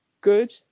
good